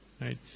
right